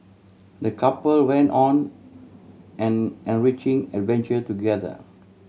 the couple went on an enriching adventure together